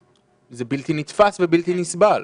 זה בלתי-נתפס ובלתי-נסבל.